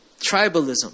tribalism